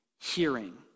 Hearing